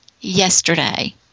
yesterday